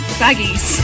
baggies